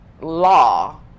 law